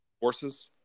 forces